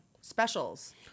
specials